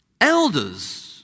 Elders